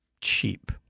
cheap